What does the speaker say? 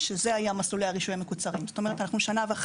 צוהריים טובים.